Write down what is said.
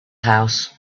house